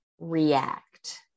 react